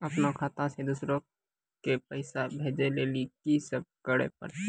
अपनो खाता से दूसरा के पैसा भेजै लेली की सब करे परतै?